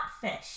fish